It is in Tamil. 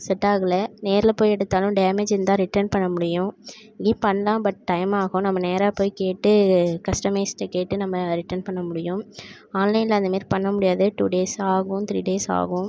செட் ஆகலை நேரில் போய் எடுத்தாலும் டேமேஜ் இருந்தால் ரிட்டன் பண்ண முடியும் இங்கேயும் பண்ணலாம் பட் டைம் ஆகும் நம்ம நேராப் போய் கேட்டு கஸ்டமைஸ்ட்டை கேட்டு நம்ம ரிட்டன் பண்ண முடியும் ஆன்லைனில் அந்தமாரி பண்ண முடியாது டூ டேஸ் ஆகும் த்ரீ டேஸ் ஆகும்